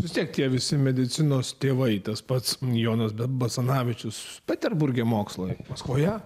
vis tiek tie visi medicinos tėvai tas pats jonas basanavičius peterburge mokslai maskvoje